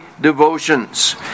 devotions